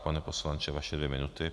Pane poslanče, vaše dvě minuty.